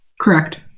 correct